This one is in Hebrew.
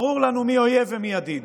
ברור לנו מי אויב ומי ידיד.